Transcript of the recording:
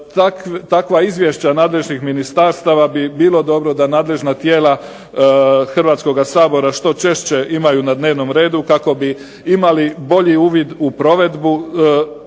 takva izvješća nadležnih ministarstava bi bilo dobro da nadležna tijela Hrvatskog sabora što češće imaju na dnevnom redu kako bi imali bolji uvid u provedbu